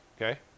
okay